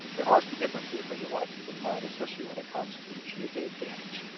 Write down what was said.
there are some differences that you want to keep in mind, especially when it comes to gsa advantage.